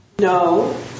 No